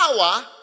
power